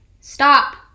stop